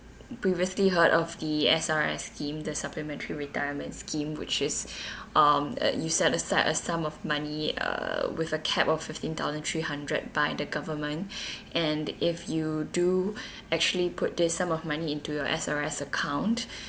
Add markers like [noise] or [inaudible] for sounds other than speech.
previously heard of the S_R_S scheme the supplementary retirement scheme which is um uh you set aside a sum of money uh with a cap of fifteen thousand three hundred by the government [breath] and if you do actually put this sum of money into your S_R_S account